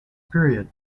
period